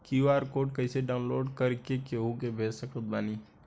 QR code कइसे download कर के केहु के भेज सकत बानी?